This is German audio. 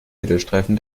mittelstreifen